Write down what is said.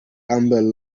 amber